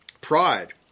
Pride